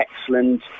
excellent